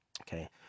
okay